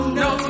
no